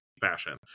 fashion